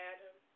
Adam